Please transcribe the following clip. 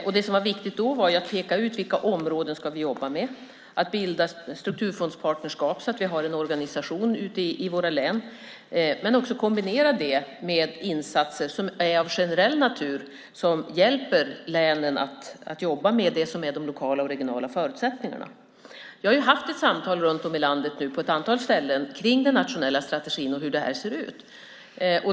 Det som då var viktigt var att peka ut vilka områden vi skulle jobba med och att bilda strukturfondspartnerskap, så att vi hade en organisation ute i våra län. Men det skulle också kombineras med insatser som är av generell natur som hjälper länen att jobba med det som är de lokala och regionala förutsättningarna. Jag har runt om i landet på ett antal ställen haft samtal om den nationella strategin och om hur det här ser ut.